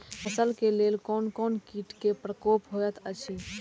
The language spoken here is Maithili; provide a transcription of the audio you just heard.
फसल के लेल कोन कोन किट के प्रकोप होयत अछि?